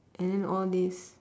and then all this